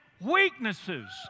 weaknesses